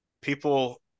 People